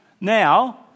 Now